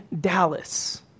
Dallas